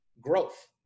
growth